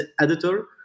editor